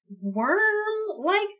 worm-like